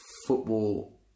football